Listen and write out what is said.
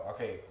Okay